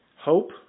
hope